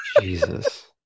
jesus